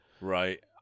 Right